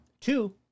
Two